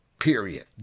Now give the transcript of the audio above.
period